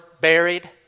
buried